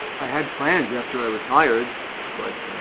i had plans yeah after i retired but.